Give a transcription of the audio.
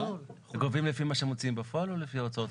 גובים על פי ההוצאה